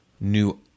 new